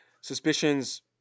suspicions